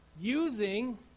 using